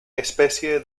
especie